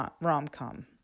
rom-com